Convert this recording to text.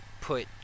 put